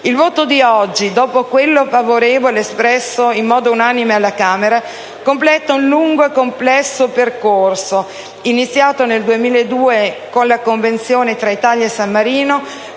Il voto di oggi, dopo quello favorevole espresso in modo unanime alla Camera, completa un lungo e complesso percorso, iniziato nel 2002 con la Convenzione tra Italia e San Marino,